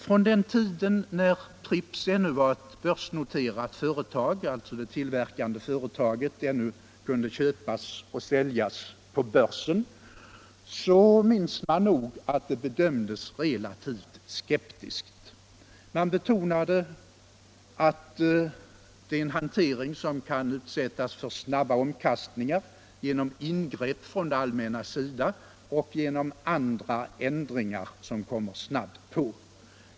Från den tid när Pripps ännu var ett börsnoterat företag och alltså det tillverkande företaget ännu kunde köpas och säljas på börsen minns man nog att det bedömdes relativt skeptiskt. Man betonade att det är en hantering som kan utsättas för snabba omkastningar genom ingrepp från det allmännas sida och genom andra ändringar som kommer snabbt på.